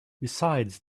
besides